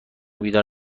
بیدار